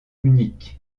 munich